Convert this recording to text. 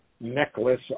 necklace